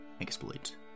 exploit